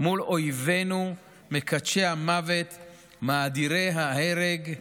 מול אויבינו מקדשי המוות, מאדירי ההרג,